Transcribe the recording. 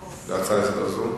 אושרה, זו,